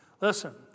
Listen